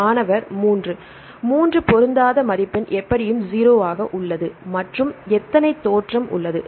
மாணவர்3 3 பொருந்தாத மதிப்பெண் எப்படியும் 0 ஆக உள்ளது மற்றும் எத்தனை தோற்றம் உள்ளது